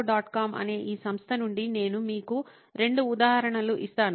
com అనే ఈ సంస్థ నుండి నేను మీకు రెండు ఉదాహరణలు ఇస్తాను